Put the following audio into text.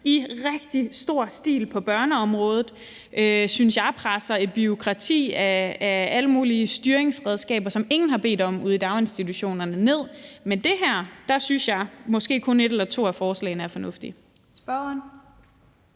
i rigtig stor stil på børneområdet, synes jeg, presser et bureaukrati af alle mulige styringsredskaber, som ingen har bedt om ude i daginstitutionerne, ned over dem. Men i forhold til det her synes jeg, at måske kun et eller to af forslagene er fornuftige.